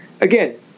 Again